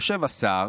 יושב השר,